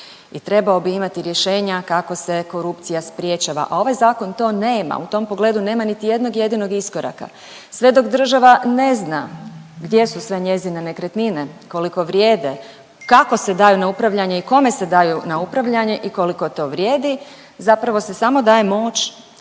I trebao bi imati rješenja kako se korupcija sprječava, a ovaj zakon to nema. U tom pogledu nema niti jednog jedinog iskoraka. Sve dok država ne zna gdje su sve njezine nekretnine, koliko vrijede, kako se daju na upravljanje i kome se daju na upravljanje i koliko to vrijedi, zapravo se samo daje moć